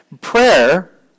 Prayer